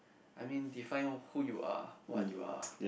I mean define who you are what you are